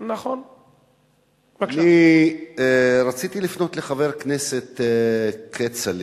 אני רציתי לפנות לחבר הכנסת כצל'ה.